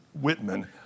Whitman